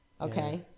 okay